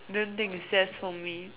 don't think it's just for me